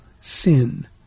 sin